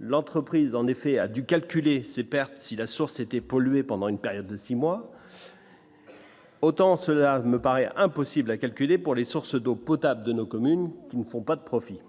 l'entreprise en effet a dû calculer ses pertes si la source était pollué pendant une période de 6 mois. Autant, cela me paraît impossible à calculer pour les sources d'eau potable de nos communes qui ne font pas de profits.